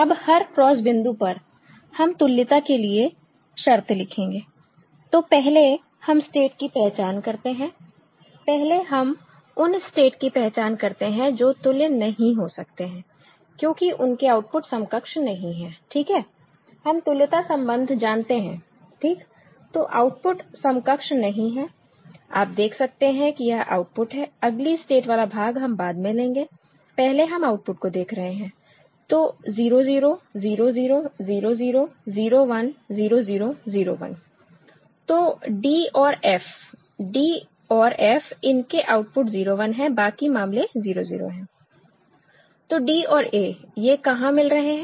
अब हर क्रॉस बिंदु पर हम तुल्यता के लिए शर्त लिखेंगे तो पहले हम स्टेट की पहचान करते हैं पहले हम उन स्टेट की पहचान करते हैं जो तुल्य नहीं हो सकते है क्योंकि उनके आउटपुट समकक्ष नहीं है ठीक है हम तुल्यता संबंध जानते हैं ठीक तो आउटपुट समकक्ष नहीं है आप देख सकते हैं कि यह आउटपुट है अगली स्टेट वाला भाग हम बाद में लेंगे पहले हम आउटपुट को देख रहे हैं तो 0 0 0 0 0 0 0 1 0 0 0 1 तो d और f d और f इनके आउटपुट 0 1 हैं और बाकी मामले 0 0 हैं तो d और a ये कहां मिल रहे हैं